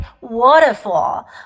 waterfall